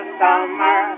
summer